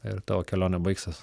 ir tavo kelionė baigsis